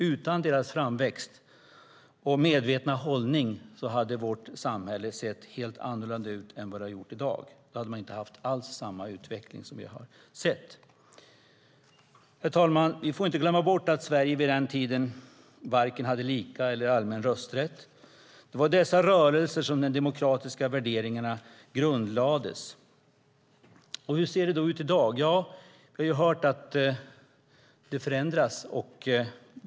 Utan deras framväxt och medvetna hållning hade vårt samhälle sett helt annorlunda ut än det gör i dag. Då hade man inte alls haft samma utveckling som vi sett. Vi får inte glömma bort att Sverige vid denna tid inte hade vare sig lika eller allmän rösträtt, herr talman. Det var i dessa rörelser som de demokratiska värderingarna grundlades. Hur ser det då ut i dag? Vi har hört att det förändras.